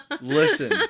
Listen